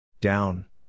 Down